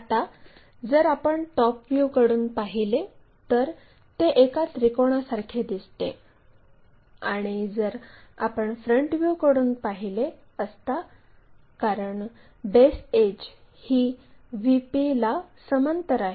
आता जर आपण टॉप व्ह्यूकडून पाहिले तर ते एका त्रिकोणासारखे दिसते आणि जर आपण फ्रंट व्ह्यूकडून पाहिले असता कारण बेस एड्ज ही VP ला समांतर आहे